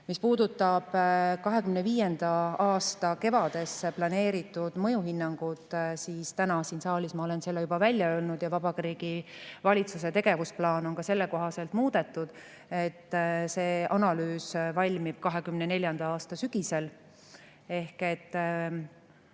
Mis puudutab 2025. aasta kevadesse planeeritud mõjuhinnangut, siis täna siin saalis ma olen selle juba välja öelnud ja Vabariigi Valitsuse tegevusplaan on ka sellekohaselt muudetud. See analüüs valmib 2024. aasta sügisel ehk